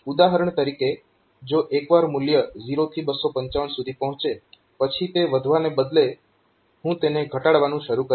ઉદાહરણ તરીકે જો એકવાર મૂલ્ય 0 થી 255 સુધી પહોંચે પછી તે વધવાને બદલે હું તેને ઘટાડવાનું શરૂ કરીશ